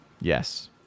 Yes